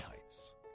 Heights